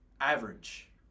average